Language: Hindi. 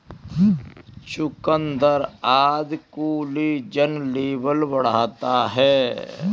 चुकुन्दर आदि कोलेजन लेवल बढ़ाता है